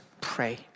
pray